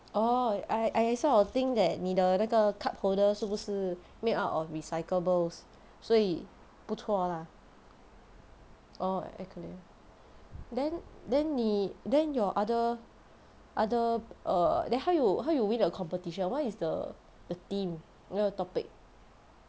orh I I saw a thing that 你的那个 cup holder 是不是 made out of recyclables 所以不错啦 orh acrylic then then 你 then your other other err then how you how you win the competition what is the the theme 那个 topic